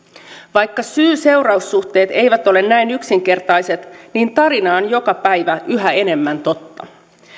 vaikka syy seuraus suhteet eivät ole näin yksinkertaiset niin tarina on joka päivä yhä enemmän totta